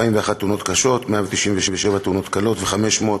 41 תאונות קשות, 197 תאונות קלות ו-513